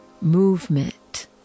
movement